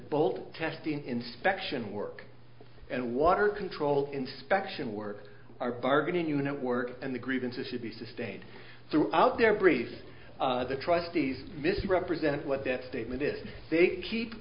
ball testing inspection work and water control inspection work are bargaining unit work and the grievances should be sustained throughout their brief the trustees misrepresented what that statement is they keep